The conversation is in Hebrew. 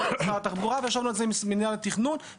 עם משרד התחבורה וישבנו על זה עם מינהל התכנון.